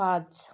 पाच